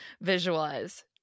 visualize